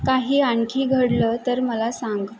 काही आणखी घडलं तर मला सांग